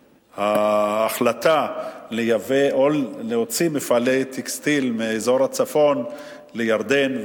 ההחלטה להוציא מפעלי טקסטיל מאזור הצפון לירדן,